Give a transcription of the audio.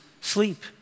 sleep